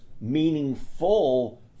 meaningful